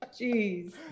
Jeez